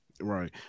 Right